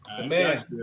Amen